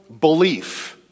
belief